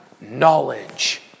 knowledge